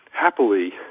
happily